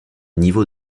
niveaux